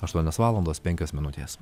aštuonios valandos penkios minutės